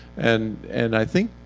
and and i think,